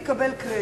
היא תקבל קרדיט,